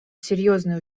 серьезный